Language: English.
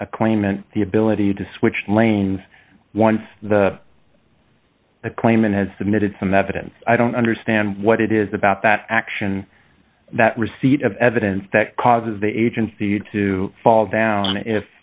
a claimant the ability to switch lanes once the claimant has submitted some evidence i don't understand what it is about that action that receipt of evidence that causes the agency to fall down if